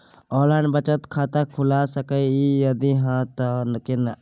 Online बचत खाता खुलै सकै इ, यदि हाँ त केना?